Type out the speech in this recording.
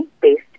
based